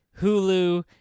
Hulu